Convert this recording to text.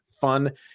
fun